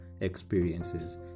Experiences